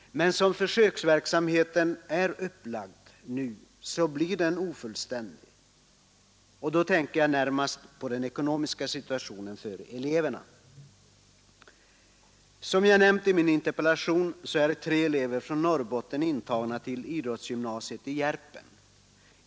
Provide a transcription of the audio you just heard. Men som försöksverksamheten nu är upplagd blir den ofullständig. Jag tänker då närmast på den ekonomiska situationen för eleverna. Som jag nämnt i min interpellation är tre elever från Norrbotten intagna på idrottsgymnasiet i Järpen.